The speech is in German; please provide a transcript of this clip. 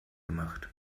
gemacht